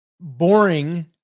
boring